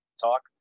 talk